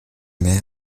mehr